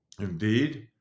Indeed